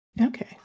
Okay